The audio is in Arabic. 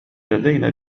لدينا